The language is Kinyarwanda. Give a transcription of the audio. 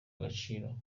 agaciro